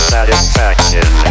Satisfaction